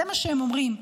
זה מה שהם אומרים,